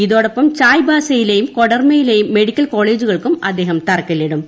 ഇതോടൊപ്പം ചായ്ബാസയിലെയും കൊഡെർമയിലെയും മെഡിക്കൽ കോളേജുകൾക്കും അദ്ദേഹം തറക്കല്ലിടും